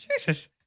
Jesus